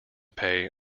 pay